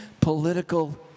political